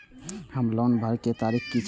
हमर लोन भरए के तारीख की ये?